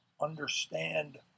understand